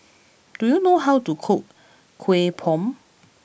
do you know how to cook Kuih Bom